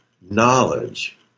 knowledge